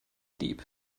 deep